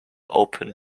opened